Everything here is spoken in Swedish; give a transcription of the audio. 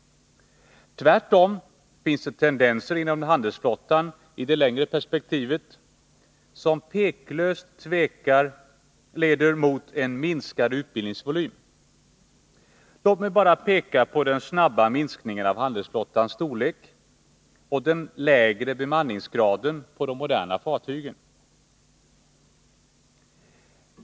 Tvärtom finns det tendenser inom handelsflottan, i det längre perspektivet, som otvivelaktigt leder mot en minskad utbildningsvolym. Låt mig bara peka på den snabba minskningen av handelsflottans storlek och den lägre bemanningsgraden på de moderna fartygen.